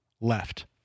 left